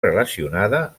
relacionada